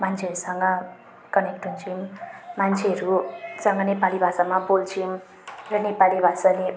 मान्छेहरूसँग कनेक्ट हुन्छौँ मान्छेहरूसँग नेपाली भाषामा बोल्छौँ र नेपाली भाषाले